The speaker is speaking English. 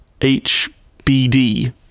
HBD